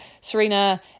Serena